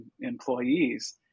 employees